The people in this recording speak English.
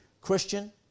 Christian